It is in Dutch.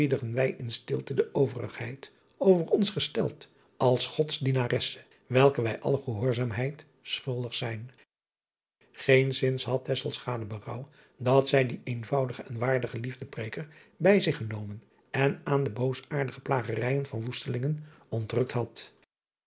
in stilte de verigheid over ons gesteld als ods ienaresse welke wij alle gehoorzaamheid schuldig zijn eenszins had berouw dat zij dien eenvoudigen en waardigen iefdeprediker bij zich genomen en aan de boosaardige plagerijen van woestelingen ontrukt had